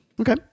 Okay